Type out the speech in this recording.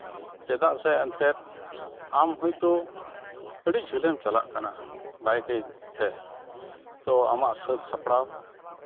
ᱪᱮᱫᱟᱜ ᱥᱮ ᱮᱱᱛᱮᱜ ᱟᱢ ᱦᱚᱭᱛᱚ ᱟᱹᱰᱤ ᱡᱷᱟᱹᱞ ᱮᱢ ᱪᱟᱞᱟᱜ ᱠᱟᱱᱟ ᱵᱟᱭᱤᱠᱤᱝ ᱛᱮ ᱛᱚ ᱟᱢᱟᱜ ᱥᱟᱹᱛ ᱥᱟᱯᱲᱟᱣ